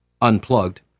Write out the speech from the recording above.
unplugged